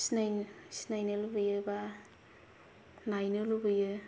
सिनायनो लुबैयो एबा नायनो लुबैयो